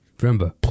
Remember